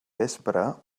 vespre